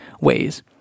ways